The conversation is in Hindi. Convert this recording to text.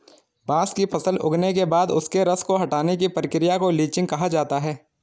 बांस की फसल उगने के बाद उसके रस को हटाने की प्रक्रिया को लीचिंग कहा जाता है